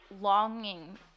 longing